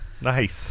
Nice